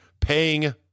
paying